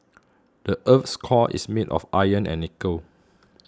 the earth's core is made of iron and nickel